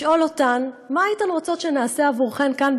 לשאול אותן: מה הייתן רוצות שנעשה עבורכן כאן,